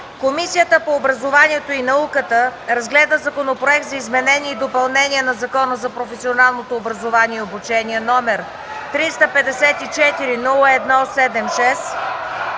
Комисията по образованието и науката разгледа Законопроект за изменение и допълнение на Закона за професионалното образование и обучение, № 354-01-76,